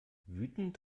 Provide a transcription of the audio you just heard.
wütend